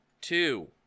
two